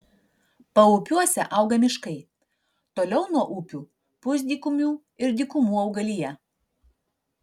paupiuose auga miškai toliau nuo upių pusdykumių ir dykumų augalija